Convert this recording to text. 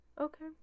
Okay